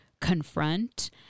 confront